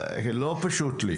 לא פשוט לי,